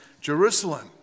Jerusalem